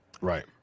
Right